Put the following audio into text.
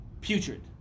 putrid